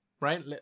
right